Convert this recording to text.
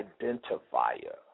identifier